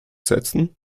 setzen